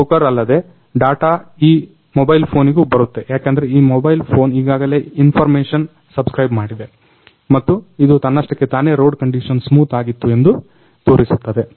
ಈ ಬ್ರೋಕರ್ ಅಲ್ಲದೆ ಡಾಟ ಈ ಮೊಬೈಲ್ ಫೋನಿಗೂ ಬರುತ್ತೆ ಯಾಕಂದ್ರೆ ಈ ಮೊಬೈಲ್ ಫೋನ್ ಈಗಾಗಲೆ ಇನ್ರ್ಮೇಷನ್ ಸಬ್ಸ್ಕ್ರೈಬ್ ಮಾಡಿದೆ ಮತ್ತು ಇದು ತನ್ನಷ್ಟಕ್ಕೆ ತಾನೆ ರೋಡ್ ಕಂಡಿಷನ್ ಸ್ಮೂತ್ ಆಗಿತ್ತು ಅಂತ ತೋರಿಸುತ್ತದೆ